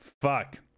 fuck